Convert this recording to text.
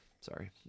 Sorry